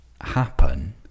happen